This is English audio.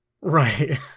Right